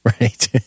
right